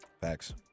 Facts